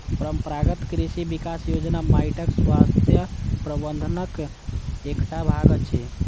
परंपरागत कृषि विकास योजना माइटक स्वास्थ्य प्रबंधनक एकटा भाग अछि